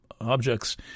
objects